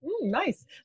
Nice